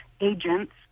agents